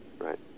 right